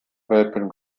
welpen